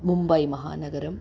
मुम्बैमहानगरम्